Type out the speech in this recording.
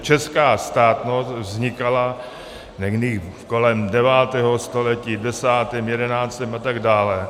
Česká státnost vznikala někdy kolem devátého století, v desátém, jedenáctém a tak dále.